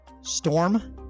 Storm